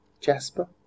Jasper